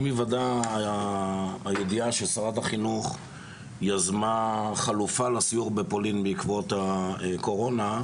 עם היוודע הידיעה ששרת החינוך יזמה חלופה לסיור בפולין בעקבות הקורונה,